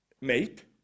mate